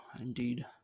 indeed